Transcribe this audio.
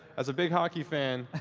as a big hockey fan.